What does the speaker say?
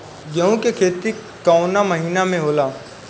गेहूँ के खेती कवना महीना में होला?